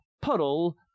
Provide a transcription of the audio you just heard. puddle